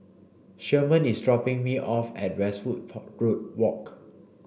Sherman is dropping me off at Westwood Walk